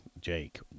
Jake